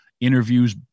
interviews